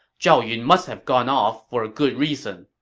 zhao yun must have gone off for a good reason.